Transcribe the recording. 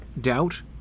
doubt